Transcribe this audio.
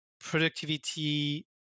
productivity